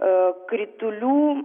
o kritulių